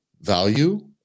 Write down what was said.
value